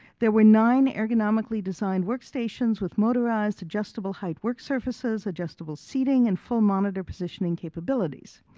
there were nine ergonomically designed workstations with motorized adjustable height work surfaces, adjustable seating, and full monitor positioning capabilities.